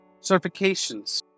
certifications